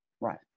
Right